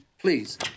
Please